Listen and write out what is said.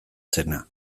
zena